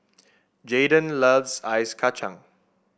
Jaden loves Ice Kachang